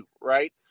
right